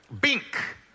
bink